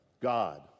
God